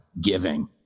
giving